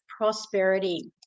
prosperity